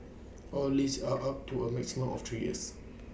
all leases are up to A maximum of three years